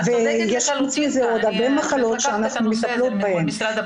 יש עוד הרבה מחלות ואנחנו מטפלות בחולה.